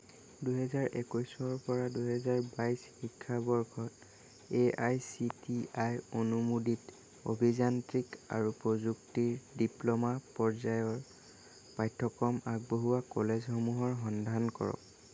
দুহেজাৰ একৈছৰ পৰা দুহেজাৰ বাইছ শিক্ষাবৰ্ষত A I C T E অনুমোদিত অভিযান্ত্ৰিক আৰু প্ৰযুক্তিৰ ডিপ্ল'মা পৰ্যায়ৰ পাঠ্যক্ৰম আগবঢ়োৱা কলেজসমূহৰ সন্ধান কৰক